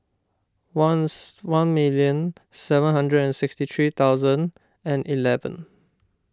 once one million seven hundred and sixty three thousand and eleven